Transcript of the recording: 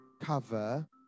cover